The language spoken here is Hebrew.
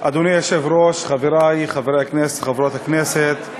אדוני היושב-ראש, חברי חברי הכנסת וחברות הכנסת,